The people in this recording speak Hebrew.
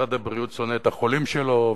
ומשרד הבריאות שונא את החולים שלו,